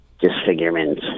disfigurement